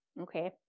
Okay